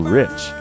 rich